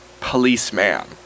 policeman